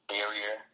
Barrier